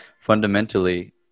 fundamentally